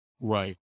Right